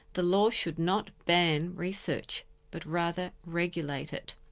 the law should not ban research but rather regulate it.